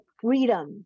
freedom